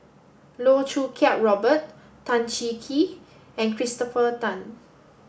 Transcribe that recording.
Loh Choo Kiat Robert Tan Cheng Kee and Christopher Tan